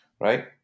right